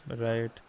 right